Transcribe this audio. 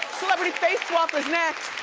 celebrity face swap is next.